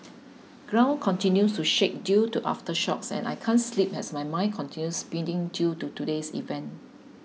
ground continues to shake due to aftershocks and I can't sleep as my mind continue spinning due to today's events